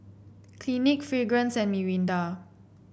Clinique Fragrance and Mirinda